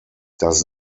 does